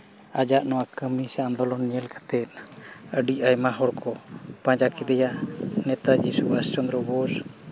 ᱟᱡᱟᱜ ᱱᱚᱣᱟ ᱠᱟᱹᱢᱤ ᱟᱱᱫᱳᱞᱚᱱ ᱧᱮᱞ ᱠᱟᱛᱮ ᱟᱹᱰᱤ ᱟᱭᱢᱟ ᱦᱚᱲ ᱠᱚ ᱯᱟᱸᱡᱟ ᱠᱮᱫᱮᱭᱟ ᱱᱮᱛᱟᱡᱤ ᱥᱩᱵᱷᱟᱥ ᱪᱚᱱᱫᱨᱚ ᱵᱳᱥ